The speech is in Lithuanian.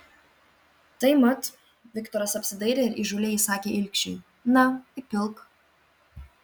tai mat viktoras apsidairė ir įžūliai įsakė ilgšiui na įpilk